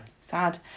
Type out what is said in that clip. Sad